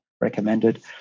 recommended